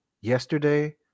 yesterday